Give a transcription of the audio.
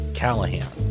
callahan